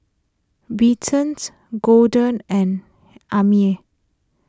Belton's Gorden and Aimee